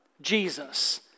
jesus